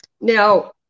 Now